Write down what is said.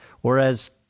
whereas